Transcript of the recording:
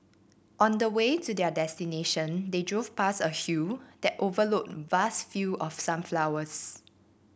on the way to their destination they drove past a hill that overlooked vast field of sunflowers